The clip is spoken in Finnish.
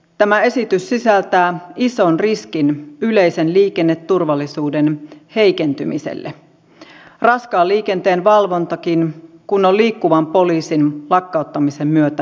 tämä esitys sisältää ison riskin yleisen liikenneturvallisuuden heikentymiseen raskaan liikenteen valvontakin kun on liikkuvan poliisin lakkauttamisen myötä vähentynyt